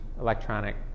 electronic